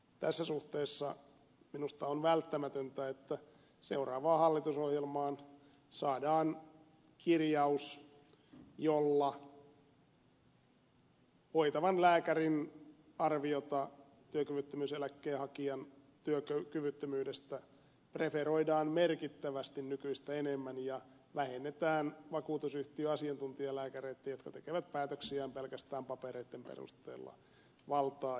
tässä suhteessa minusta on välttämätöntä että seuraavaan hallitusohjelmaan saadaan kirjaus jolla hoitavan lääkärin arviota työkyvyttömyyseläkkeen hakijan työkyvyttömyydestä preferoidaan merkittävästi nykyistä enemmän ja vähennetään vakuutusyhtiön asiantuntijalääkäreitten jotka tekevät päätöksiään pelkästään papereitten perusteella valtaa